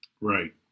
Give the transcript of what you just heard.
Right